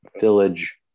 village